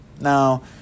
Now